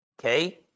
Okay